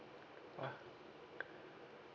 !wah!